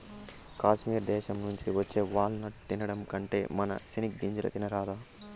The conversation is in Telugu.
కాశ్మీర్ దేశం నుంచి వచ్చే వాల్ నట్టు తినడం కంటే మన సెనిగ్గింజలు తినరాదా